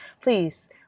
please